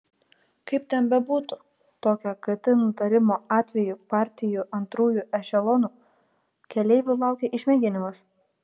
kaip ten bebūtų tokio kt nutarimo atveju partijų antrųjų ešelonų keleivių laukia išmėginimas